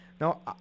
Now